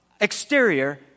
exterior